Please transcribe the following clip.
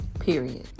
period